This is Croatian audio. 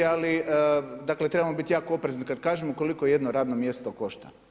Ali trebamo biti oprezni kada kažemo koliko jedno radno mjesto košta.